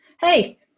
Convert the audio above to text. Hey